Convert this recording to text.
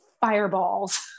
fireballs